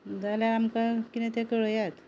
जाल्यार आमकां कितें तें कळयात